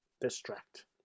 distract